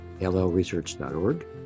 llresearch.org